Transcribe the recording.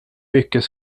mycket